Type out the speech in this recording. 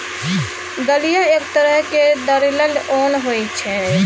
दलिया एक तरहक दरलल ओन होइ छै